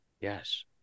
yes